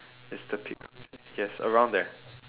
it's the peak yes around there